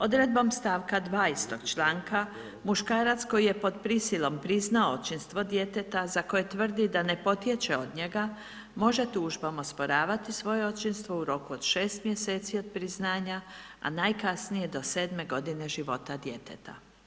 Odredbom stavka 2. istog članka muškarac koji je pod prisilom priznao očinstvo djeteta za koje tvrdi da ne potječe od njega može tužbom osporavati svoje očinstvo u roku od 6 mjeseci od priznanja, a najkasnije do 7 godine života djeteta.